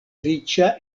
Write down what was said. riĉa